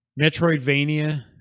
Metroidvania